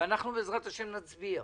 ובעזרת השם אנחנו נצביע.